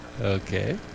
Okay